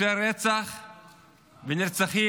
יותר רצח ונרצחים,